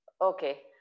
Okay